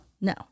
No